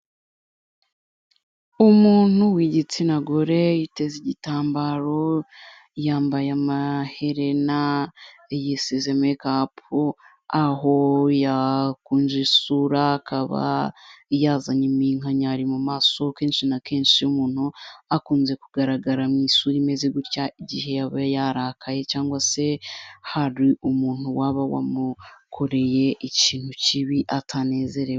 Umuntu w'igitsina gore yiteza igitambaro, yambaye amaherena, yisize makapu, aho yakunje isura akaba yazanye iminkanyari mu maso, kenshi na kenshi iyo umuntu akunze kugaragara mu isura imeze gutya, igihe yaba yarakaye cyangwa se hari umuntu waba wamukoreye ikintu kibi atanezerewe.